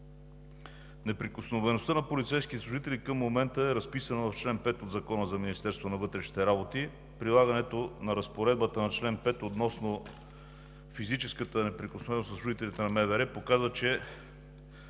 Неприкосновеността на полицейските служители към момента е разписана в чл. 5 от Закона за Министерството на вътрешните работи. Прилагането на разпоредбата на чл. 5 относно физическата неприкосновеност на служителите на МВР показва, че